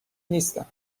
نیستم